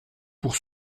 pour